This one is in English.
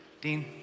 Dean